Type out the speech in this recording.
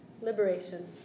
liberation